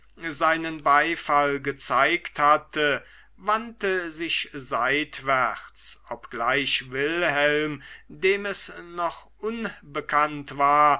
seinen beifall gezeigt hatte wandte sich seitwärts obgleich wilhelm dem es noch unbekannt war